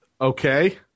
Okay